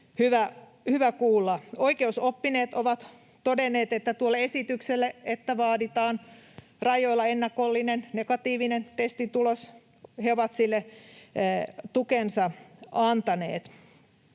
hyvä kuulla. Oikeusoppineet ovat todenneet, että tuolle esitykselle, että vaaditaan rajoilla ennakollinen negatiivinen testitulos, he ovat tukensa antaneet.